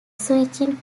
switching